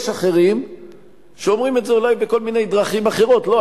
יש אחרים שאומרים את זה אולי בכל מיני דרכים אחרות: לא,